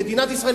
מדינת ישראל,